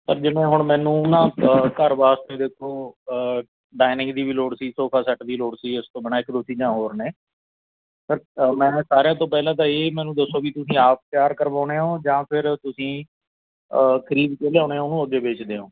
sir ਜਿਵੇਂ ਹੁਣ ਮੈਨੂੰ ਨਾ ਘਰ ਵਾਸਤੇ ਦੇਖੋ ਡਾਈਨਿੰਗ ਦੀ ਵੀ ਲੋੜ ਸੀ ਸੋਫਾ ਸੈੱਟ ਦੀ ਲੋੜ ਸੀ ਇਸ ਤੋਂ ਬਿਨ੍ਹਾਂ ਇੱਕ ਦੋ ਚੀਜ਼ਾਂ ਹੋਰ ਨੇ ਪਰ ਮੈਂ ਸਾਰਿਆਂ ਤੋਂ ਪਹਿਲਾਂ ਤਾਂ ਇਹ ਮੈਨੂੰ ਦੱਸੋ ਵੀ ਤੁਸੀਂ ਆਪ ਤਿਆਰ ਕਰਵਾਉਂਦੇ ਹੋ ਜਾਂ ਫਿਰ ਤੁਸੀਂ ਖਰੀਦ ਕੇ ਲਿਆਉਂਦੇ ਹੋ ਉਹਨੂੰ ਅੱਗੇ ਵੇਚਦੇ ਹੋ